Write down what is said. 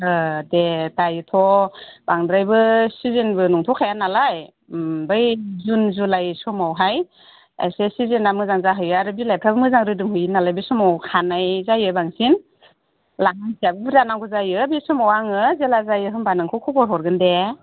औ दे दायोथ' बांद्रायबो सिजोनबो नंथ'खाया नालाय बै जुन जुलाइ समावहाय एसे सिजोना मोजां जाहैयो आरो बिलाइफ्राबो मोजां रोदोमहैयो नालाय बै समाव हानाय जायो बांसिन अब्ला मानसियाबो बुरजा नांगौ जायो बे समाव आङो जेब्ला जायो होमब्ला आं नोंखौ खबर हरगोन दे